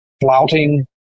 flouting